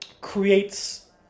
creates